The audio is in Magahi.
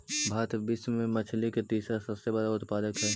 भारत विश्व में मछली के तीसरा सबसे बड़ा उत्पादक हई